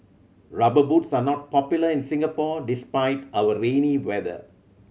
Rubber Boots are not popular in Singapore despite our rainy weather